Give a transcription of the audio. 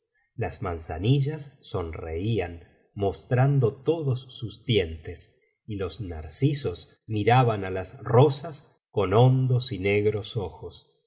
las manzanillas sonreían mostrando todos sus clientes y los narcisos miraban á las rosas con hondos y negros ojos